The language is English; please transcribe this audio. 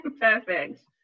perfect